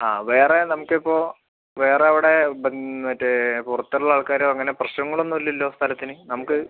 ആ വേറെ നമുക്കിപ്പോൾ വേറെ അവിടെ മറ്റേ പുറത്തുള്ള ആൾക്കാരോ അങ്ങനെ പ്രശ്നങ്ങളൊന്നുമില്ലല്ലോ സ്ഥലത്തിന് നമുക്ക്